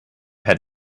had